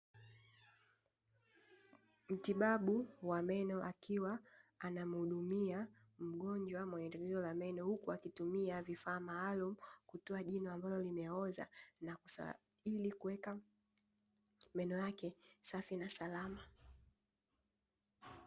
Mtibabu wa meno akiwa anamhudumia mgonjwa mwenye tatizo la meno huku akitumia vifaa maalumu kutoa jino ambalo limeoza ili kuweka meno yake safi na salama.